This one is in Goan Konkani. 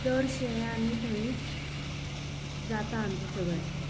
चडशें आमी थंयच जाता आमचें सगळें